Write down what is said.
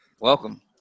Welcome